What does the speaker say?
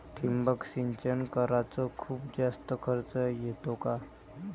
ठिबक सिंचन कराच खूप जास्त खर्च येतो का?